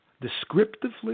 descriptively